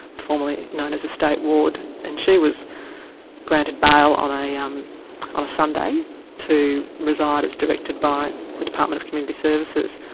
formerly known as a state ward, and she was granted bail on ah um um a sunday to reside as directed by the department of community services,